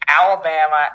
Alabama